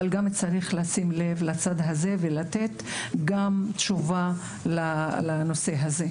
אבל גם צריך לשים לב לצד הזה ולתת גם תשובה לנושא הזה.